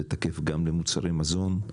זה תקף גם למוצרי מזון.